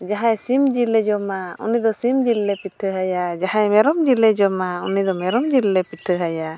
ᱡᱟᱦᱟᱸᱭ ᱥᱤᱢ ᱡᱤᱞᱮ ᱡᱚᱢᱟ ᱩᱱᱤ ᱫᱚ ᱥᱤᱢ ᱡᱤᱞ ᱞᱮ ᱯᱤᱴᱷᱟᱹ ᱟᱭᱟ ᱡᱟᱦᱟᱸᱭ ᱢᱮᱨᱚᱢ ᱡᱤᱞᱮ ᱡᱚᱢᱟ ᱩᱱᱤ ᱫᱚ ᱢᱮᱨᱚᱢ ᱡᱤᱞ ᱞᱮ ᱯᱤᱴᱷᱟᱹ ᱟᱭᱟ